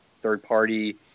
third-party